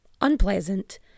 unpleasant